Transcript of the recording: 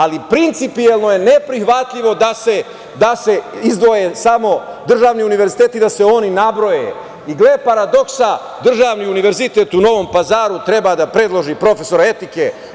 Ali, principijelno je neprihvatljivo da se izdvoje samo državni univerziteti, da se oni nabroje i gle paradoksa, državni univerzitet u Novom Pazaru treba da predloži profesora etike.